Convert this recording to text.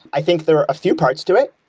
i think there are a few parts to it.